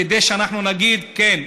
כדי שאנחנו נגיד: כן,